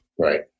Right